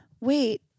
wait